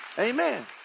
Amen